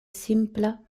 simpla